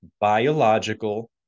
biological